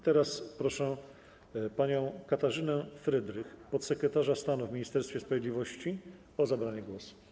Teraz proszę panią Katarzynę Frydrych, podsekretarz stanu w Ministerstwie Sprawiedliwości, o zabranie głosu.